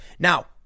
Now